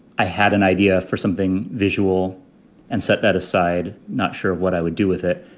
i had an idea for something visual and set that aside. not sure what i would do with it.